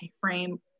frame